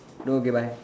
no okay bye